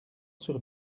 sur